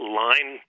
line